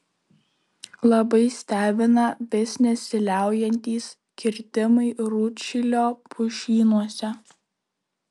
labai stebina vis nesiliaujantys kirtimai rūdšilio pušynuose